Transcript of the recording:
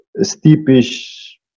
steepish